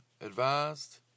advised